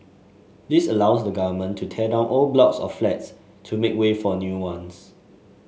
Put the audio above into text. this allows the Government to tear down old blocks of flats to make way for new ones